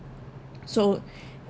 so